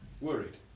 worried